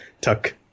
tuck